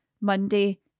Monday